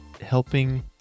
helping